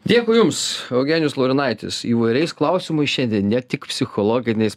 dėkui jums eugenijus laurinaitis įvairiais klausimais šiandien ne tik psichologiniais